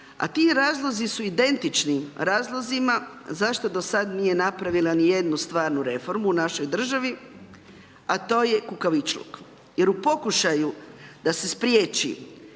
a ti razlozi su identični razlozima zašto do sad nije napravila ni jednu stvarnu reformu našoj državi, a to je kukavičluk jer u pokušaju da se spriječi